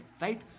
Right